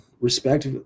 respect